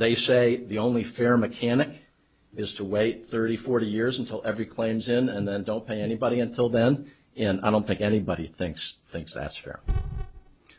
they say the only fair mechanic is to wait thirty forty years until every claims in and then don't pay anybody until then and i don't think anybody thinks thinks that's fair